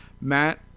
Matt